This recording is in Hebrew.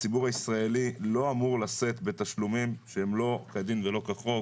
הציבור הישראלי לא אמור לשאת בתשלומים שהם לא כדין ולא כחוק.